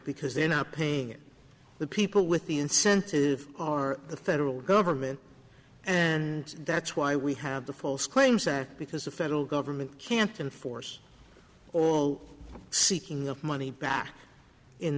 because they're not paying it the people with the incentive are the federal government and that's why we have the false claims act because the federal government can't enforce all seeking of money back in